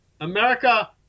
America